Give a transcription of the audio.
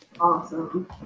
awesome